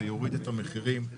יוריד את המחירים.